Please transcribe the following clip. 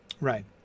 Right